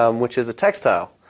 um which is a textile.